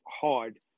hard